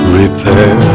repair